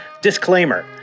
Disclaimer